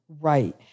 right